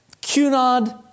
Cunard